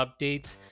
updates